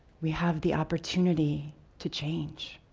we have the opportunity to change.